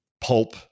pulp